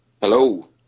Hello